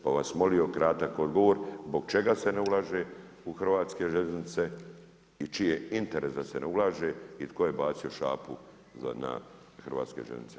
Pa bi vas molio kratak odgovor, zbog čega se ne ulaže u hrvatske željeznice i čiji je interes da se ne ulaže i tko je bacio šapu na hrvatske željeznice?